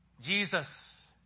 Jesus